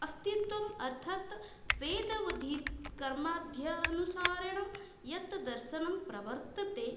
आस्तिकम् अर्थात् वेदोद्धृतः कर्माद्यानुसारेण यद् दर्शनं प्रवर्तते